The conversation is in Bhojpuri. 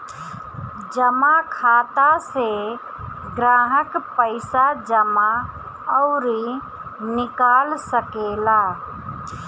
जमा खाता से ग्राहक पईसा जमा अउरी निकाल सकेला